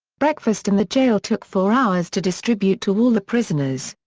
breakfast in the jail took four hours to distribute to all the prisoners.